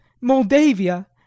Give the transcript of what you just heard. moldavia